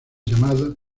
llamada